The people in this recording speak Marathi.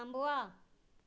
थांबवा